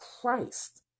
Christ